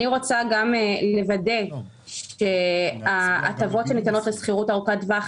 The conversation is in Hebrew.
אני רוצה גם לוודא שההטבות שניתנות לשכירות ארוכת טווח